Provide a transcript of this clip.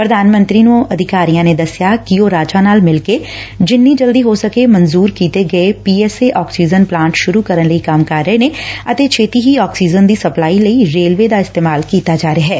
ਪ੍ਰਧਾਨ ਮੰਤਰੀ ਨੂੰ ਅਧਿਕਾਰੀਆਂ ਨੇ ਦਸਿਆ ਕਿ ਉਹ ਰਾਜਾਂ ਨਾਲ ਮਿਲਕੇ ਜਿੰਨੀ ਜਲਦੀ ਹੋ ਸਕੇ ਮਨਜੁਰ ਕੀਤੇ ਗਏ P S A oxygen plant ਸੁਰੂ ਕਰਨ ਲਈ ਕੰਮ ਕਰ ਰਹੇ ਨੇ ਅਤੇ ਛੇਡੀ ਹੀ ਆਕਸੀਜਨ ਦੀ ਸਪਲਾਈ ਲਈ ਰੇਲਵੇ ਦਾ ਇਸਤੇਮਾਲ ਕੀਤਾ ਜਾ ਰਿਹੈ